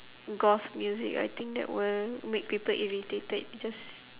goth music I think that will make people irritated just